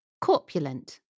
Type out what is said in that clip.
corpulent